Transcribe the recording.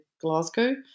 Glasgow